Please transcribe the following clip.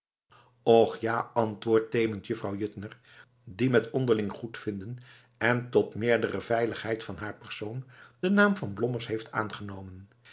och ja antwoordt temend vrouw juttner die met onderling goedvinden en tot meerdere veiligheid van haar persoon den naam van blommers heeft aangenomen